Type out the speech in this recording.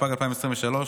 התשפ"ג 2023,